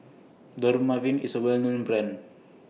Dermaveen IS A Well known Brand